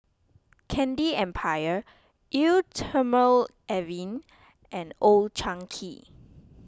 Candy Empire Eau thermale Avene and Old Chang Kee